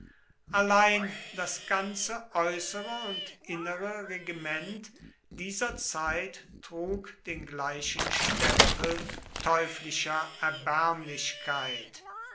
allein das ganze äußere und innere regiment dieser zeit trug den gleichen stempel teuflischer erbärmlichkeit